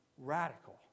Radical